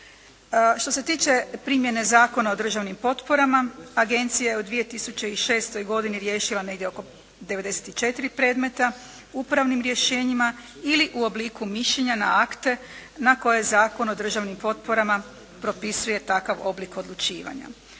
Što se tiče primjene Zakona o državnim potporama Agencija je u 2006. godini riješila negdje oko 94 predmeta upravnim rješenjima ili u obliku mišljenja na akte na koje Zakon o državnim potporama propisuje takav oblik odlučivanja.